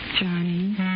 Johnny